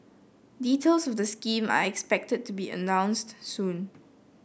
details of the scheme are expected to be announced soon